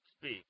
speak